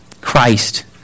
Christ